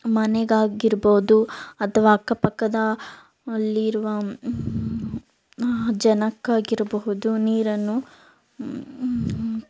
ಮನೆಗಾಗಿರ್ಬೋದು ಅಥವಾ ಅಕ್ಕ ಪಕ್ಕದಲ್ಲಿರುವ ಜನಕ್ಕಾಗಿರಬಹುದು ನೀರನ್ನು